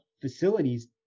facilities